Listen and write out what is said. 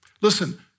Listen